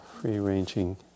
free-ranging